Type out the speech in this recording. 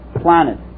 planet